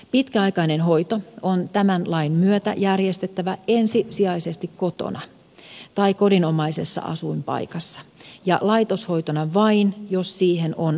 pitkäaikainen hoito on tämän lain myötä järjestettävä ensisijaisesti kotona tai kodinomaisessa asuinpaikassa ja laitoshoitona vain jos siihen on lääketieteelliset perusteet